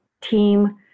team